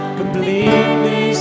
Completely